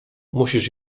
musisz